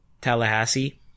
Tallahassee